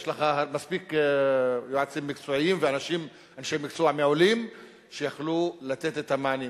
יש לך מספיק יועצים מקצועיים ואנשי מקצוע מעולים שיכלו לתת את המענים.